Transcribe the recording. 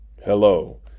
Hello